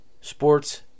sports